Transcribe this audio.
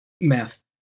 math